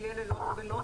תהיה ללא תשלום,